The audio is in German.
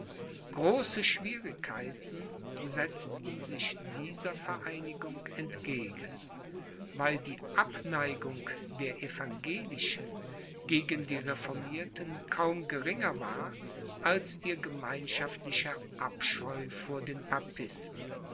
große schwierigkeiten setzten sich dieser vereinigung entgegen weil die abneigung der evangelischen gegen die reformierten kaum geringer war als ihr gemeinschaftlicher abscheu vor den